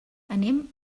anem